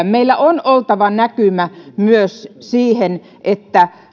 meillä on oltava näkymä myös siihen että